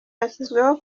hashyizweho